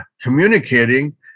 communicating